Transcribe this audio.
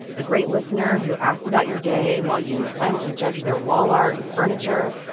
a great listener who asks about your day while you silently judge their wall art and furniture.